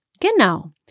Genau